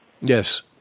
Yes